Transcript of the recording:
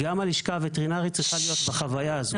גם הלשכה הווטרינרית צריכה להיות בחוויה הזו,